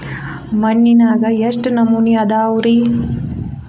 ಮಣ್ಣಿನಾಗ ಎಷ್ಟು ನಮೂನೆ ಅದಾವ ರಿ?